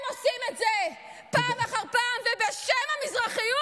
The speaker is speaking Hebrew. אתם עושים את זה פעם אחר פעם ובשם המזרחיות.